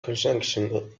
conjunction